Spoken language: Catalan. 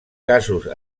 casos